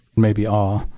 maybe awe,